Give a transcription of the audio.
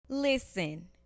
Listen